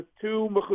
two